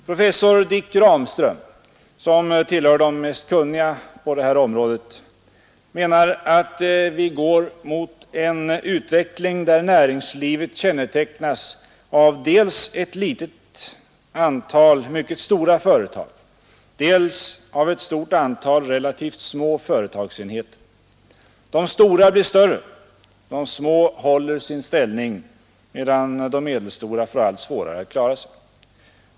Professor Dick Ramström, som tillhör de mest kunniga på det här området, menar att vi går mot en utveckling där näringslivet kännetecknas av dels ett litet antal mycket stora företag, dels ett stort antal relativt små företagsenheter. De stora blir större, de små håller sin ställning medan de medelstora får allt svårare att klara sig.